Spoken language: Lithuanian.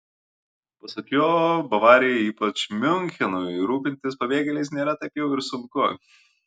pasak jo bavarijai ypač miunchenui rūpintis pabėgėliais nėra taip jau ir sunku